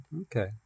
Okay